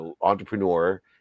entrepreneur